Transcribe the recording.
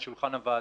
לשולחן הוועדה.